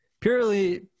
Purely